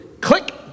click